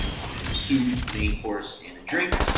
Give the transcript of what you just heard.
and comes with soup, main course in a drink,